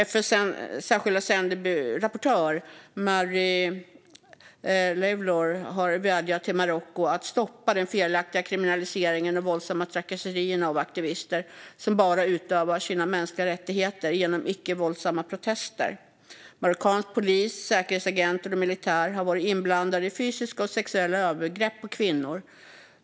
FN:s särskilda rapportör Mary Lawlor har vädjat till Marocko att stoppa den felaktiga kriminaliseringen och de våldsamma trakasserierna av aktivister som bara utövar sina mänskliga rättigheter genom icke våldsamma protester. Marockansk polis, säkerhetsagenter och militär har varit inblandade i fysiska och sexuella övergrepp på kvinnor.